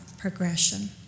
progression